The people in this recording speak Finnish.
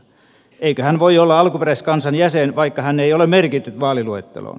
eikö hän voi olla alkuperäiskansan jäsen vaikka häntä ei ole merkitty vaaliluetteloon